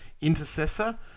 Intercessor